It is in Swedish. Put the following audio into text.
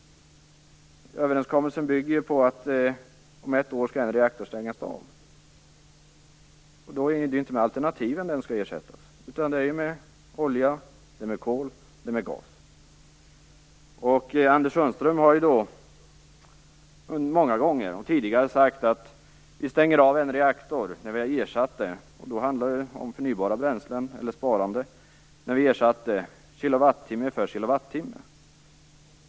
Överenskommelsen bygger på att en reaktor skall stängas av om ett år. Det är inte med alternativen den skall ersättas, det är med olja, kol och gas. Anders Sundström har många gånger tidigare sagt att vi skall stänga av en reaktor när vi har ersatt den. Då handlade det om förnybara bränslen eller sparande, där vi ersatte kilowattimme för kilowattimme.